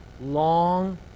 long